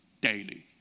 daily